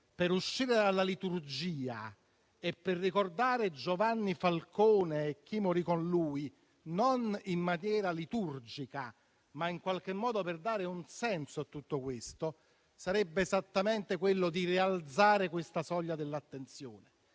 per uscire dalla liturgia, per ricordare Giovanni Falcone e chi morì con lui non in maniera liturgica, ma in qualche modo per dare un senso a tutto questo, sarebbe esattamente rialzare la soglia dell'attenzione